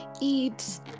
eat